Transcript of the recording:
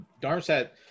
Darmstadt